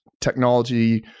technology